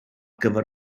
gyfer